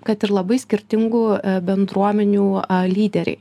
kad ir labai skirtingų bendruomenių a lyderiai